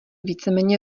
víceméně